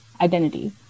identity